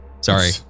Sorry